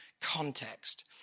context